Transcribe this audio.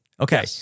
Okay